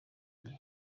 gihe